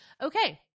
okay